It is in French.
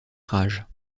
rage